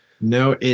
No